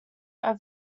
over